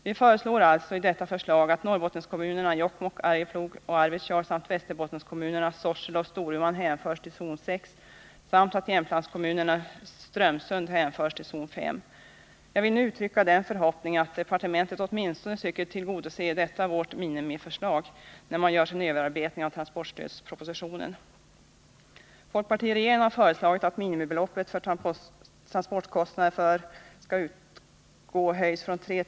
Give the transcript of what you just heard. Vi föreslår alltså att Norrbottenkommunerna Jokkmokk, Arjeplog och Arvidsjaur samt Västerbottenkommunerna Sorsele och Storuman hänförs till zon 6 samt att Jämtlandskommunen Strömsund hänförs till zon 5. Jag vill nu uttrycka den förhoppningen, att departementet åtminstone söker tillgodose detta vårt ”minimiförslag” , när man gör sin överarbetning av transportstödspropositionen. Fp-regeringen föreslog att minimibeloppet för transportkostnader för att transportstöd skall kunna utgå höjs från 3 000 kr.